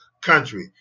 country